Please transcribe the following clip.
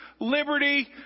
liberty